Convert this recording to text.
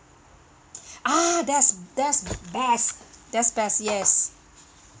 ah that's that's best that's best yes